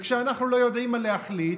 כשאנחנו לא יודעים מה להחליט,